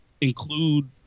include